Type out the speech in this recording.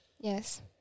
Yes